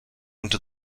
into